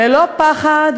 ללא פחד,